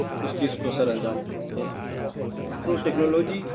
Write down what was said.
اس چیز کو سر انجام دے سکتے ہیں تو ٹیکنالوجی